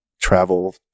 travel